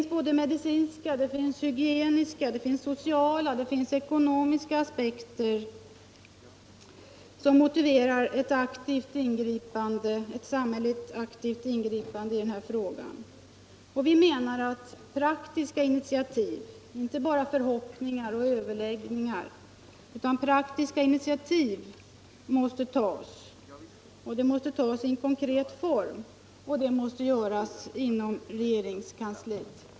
Såväl medicinska som hygieniska, sociala och ekonomiska aspekter motiverar ett aktivt samhälleligt ingripande i detta fall. Vi menar att det inte räcker med förhoppningar och överläggningar utan att man måste ta praktiska, konkreta initiativ, Och det måste göras inom regeringens kansli! Herr talman!